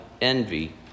envy